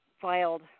filed